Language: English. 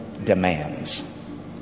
demands